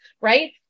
Right